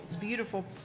beautiful